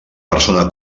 persona